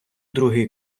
другий